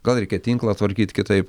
gal reikia tinklą tvarkyt kitaip